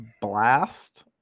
blast